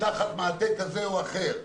תחת מעטה כזה או אחר,